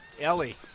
Ellie